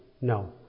No